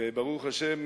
וברוך השם,